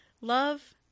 love